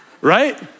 Right